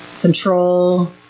Control